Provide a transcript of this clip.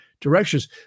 directions